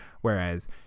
whereas